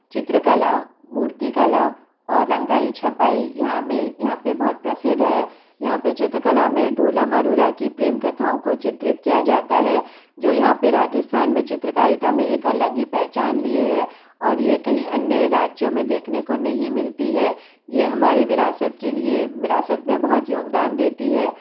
चित्रकला मूर्तिकला और रंगाई छपाई यहाँ में यहाँ पे बहुत प्रसिद्ध है यहाँ पे चित्रकला में ढोला मारुरा की प्रेम कथाओं को चित्रित किया जाता है जो यहाँ पे राजस्थान में चित्रकारिता में एक अलग ही पहचान लिए है और ये कहीं अन्य राज्यों में देखने को नहीं मिलती है ये हमारे विरासत के लिए विरासत में बहुत योगदान देती है